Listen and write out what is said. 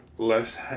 Less